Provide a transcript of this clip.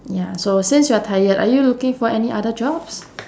ya so since you're tired are you looking for any other jobs